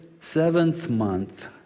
seventh-month